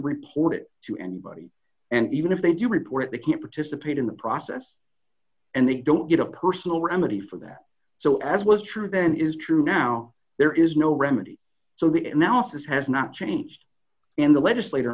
report it to anybody and even if they do report they can participate in the process and they don't get a personal remedy for that so as was true then is true now there is no remedy so the analysis has not changed and the legislator